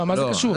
מה זה קשור?